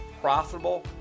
profitable